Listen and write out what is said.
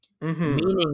Meaning